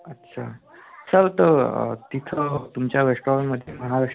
अच्छा सर तर तिथं तुमच्या रेस्टॉरंटमध्ये महाराष्ट्रीयन कोणकोणते आहे सर